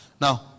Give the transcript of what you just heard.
now